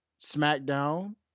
SmackDown